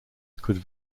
could